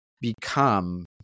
become